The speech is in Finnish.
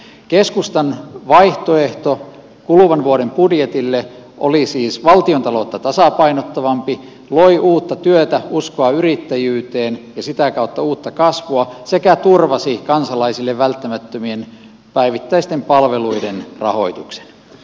keskustan vaihtoehto kuluvan vuoden budjetille oli siis valtiontaloutta tasapainottavampi loi uutta työtä uskoa yrittäjyyteen ja sitä kautta uutta kasvua sekä turvasi kansalaisille välttämättömien päivittäisten palveluiden rahoituksen